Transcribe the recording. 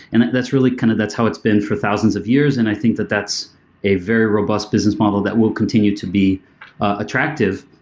and that's really kind of that's how it's been for thousands of years, and i think that that's a very robust business model that will continue to be attractive.